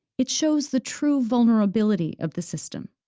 it shows the true vulnerability of the system.